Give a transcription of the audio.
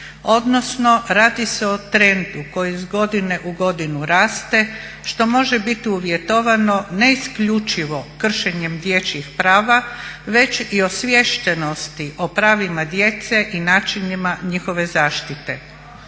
odnosno radi se o trendu koji iz godine u godinu raste što može bit uvjetovano ne isključivo kršenjem dječjih prava već i osviještenosti o pravima djece i načinima njihove zaštite.